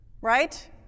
right